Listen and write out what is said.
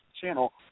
channel